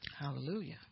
Hallelujah